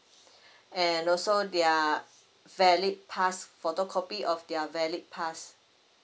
and also their valid pass photocopy of their valid pass